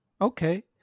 Okay